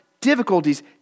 difficulties